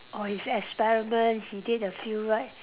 on his experiment he did a few right